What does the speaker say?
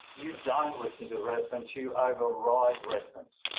you don't listen to residents. you over-ride residents